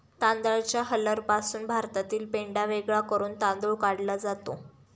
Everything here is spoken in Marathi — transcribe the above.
तांदळाच्या हलरपासून भातातील पेंढा वेगळा करून तांदूळ काढला जातो